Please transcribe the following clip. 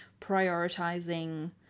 prioritizing